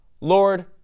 Lord